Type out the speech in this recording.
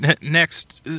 next